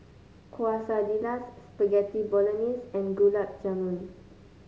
Quesadillas Spaghetti Bolognese and Gulab Jamun